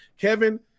Kevin